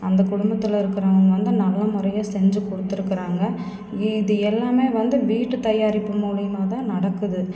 அந்தக் குடும்பத்தில் இருக்கிறவங்க வந்து நல்ல முறையாக செஞ்சு கொடுத்திருக்கறாங்க இது எல்லாமே வந்து வீட்டுத் தயாரிப்பு மூலிமா தான் நடக்குது